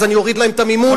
אז אני אוריד להם את המימון?